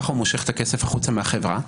ככה הוא מושך את הכסף החוצה מהחברה.